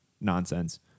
nonsense